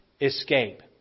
escape